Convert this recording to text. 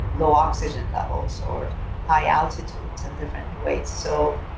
low oxygen levels or high altitudes in different ways. so,